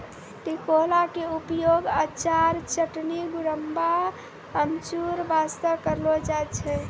टिकोला के उपयोग अचार, चटनी, गुड़म्बा, अमचूर बास्तॅ करलो जाय छै